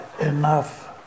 enough